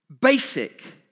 basic